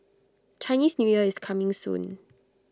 Chinese New Year is coming soon